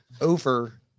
over